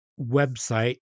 website